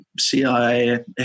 CIA